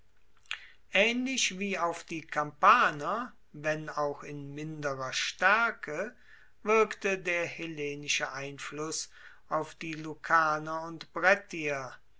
aehnlich wie auf die kampaner wenn auch in minderer staerke wirkte der hellenische einfluss auf die lucaner und brettier